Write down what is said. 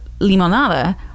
limonada